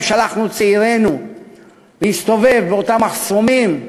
שלחנו את צעירינו להסתובב באותם מחסומים,